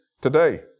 today